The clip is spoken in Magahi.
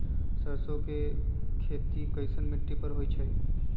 सरसों के खेती कैसन मिट्टी पर होई छाई?